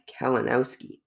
Kalinowski